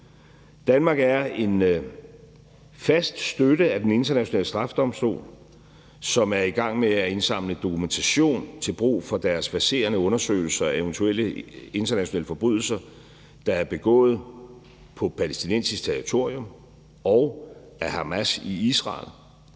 Danmark er en fast støtter af Den Internationale Straffedomstol, som er i gang med at indsamle dokumentation til brug for deres verserende undersøgelse af eventuelle internationale forbrydelser, der er begået på palæstinensisk territorium og af Hamas i Israel.